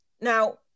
Now